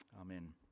Amen